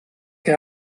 che